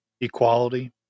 equality